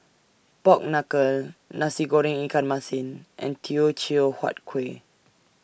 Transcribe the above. Pork Knuckle Nasi Goreng Ikan Masin and Teochew Huat Kueh